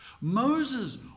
Moses